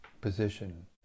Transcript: position